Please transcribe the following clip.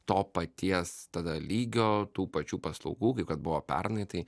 to paties tada lygio tų pačių paslaugų kaip kad buvo pernai tai